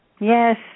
Yes